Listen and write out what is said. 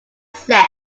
set